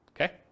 Okay